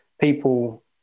people